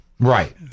Right